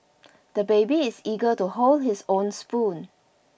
the baby is eager to hold his own spoon